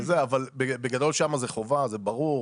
בגדול שם זה חובה, זה ברור.